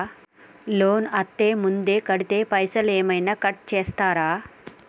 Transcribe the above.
Loan అత్తే ముందే కడితే పైసలు ఏమైనా కట్ చేస్తరా?